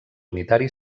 unitari